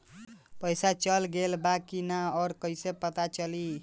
पइसा चल गेलऽ बा कि न और कइसे पता चलि?